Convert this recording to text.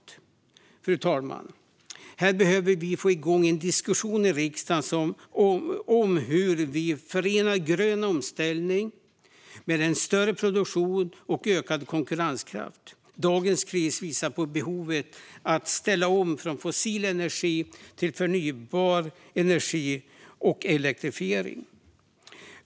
Här, fru talman, behöver vi få igång en diskussion i riksdagen om hur vi förenar grön omställning med en större produktion och ökad konkurrenskraft. Dagens kris visar på behovet av att ställa om från fossil energi till förnybar energi och elektrifiering.